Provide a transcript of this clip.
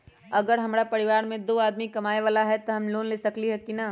अगर हमरा परिवार में दो आदमी कमाये वाला है त हम लोन ले सकेली की न?